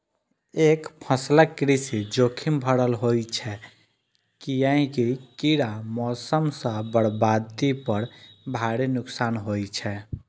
एकफसला कृषि जोखिम भरल होइ छै, कियैकि कीड़ा, मौसम सं बर्बादी पर भारी नुकसान होइ छै